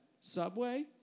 subway